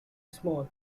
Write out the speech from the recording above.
small